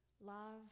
love